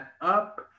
up